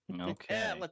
Okay